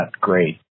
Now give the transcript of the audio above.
great